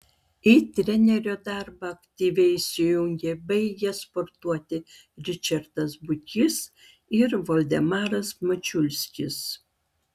į trenerio darbą aktyviai įsijungė baigę sportuoti ričardas bukys ir voldemaras mačiulskis